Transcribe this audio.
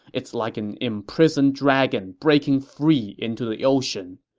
it's like an imprisoned dragon breaking free into the ocean.